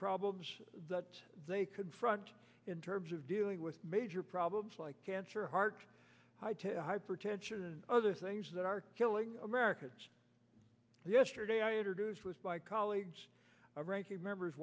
problems that they confront in terms of dealing with major problems like cancer heart high to hypertension and other things that are killing americans yesterday i introduced was by colleagues ranking members